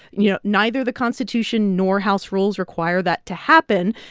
you know, neither the constitution nor house rules require that to happen.